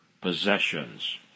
possessions